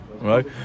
right